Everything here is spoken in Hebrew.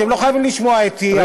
אתם לא חייבים לשמוע אותי,